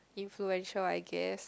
influential I guess